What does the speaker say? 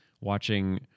watching